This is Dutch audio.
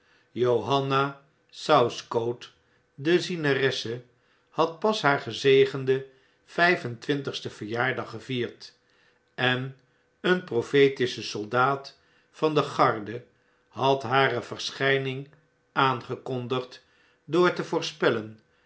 johanna southcote de zieneresse had pas haar gezegenden vjjf en twintigsten verjaardag gevierd en een profetische soldaat van de garde had hare verschijning aangekondigd door te voorspellen